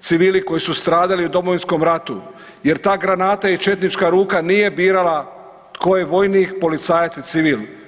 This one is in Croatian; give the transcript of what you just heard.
civili koji su stradali u Domovinskom ratu jer ta granata i četnička ruka nije birala tko je vojnik, policajac i civil.